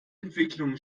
entwicklungen